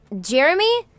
Jeremy